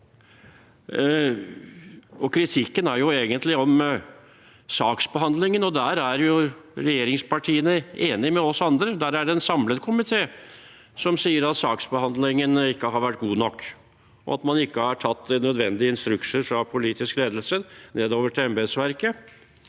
Kritikken gjelder jo egentlig saksbehandlingen, og der er regjeringspartiene enige med oss andre. Der er det en samlet komité som sier at saksbehandlingen ikke har vært god nok, og at man ikke har tatt nødvendige instrukser fra politisk ledelse nedover til embetsverket